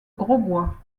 grosbois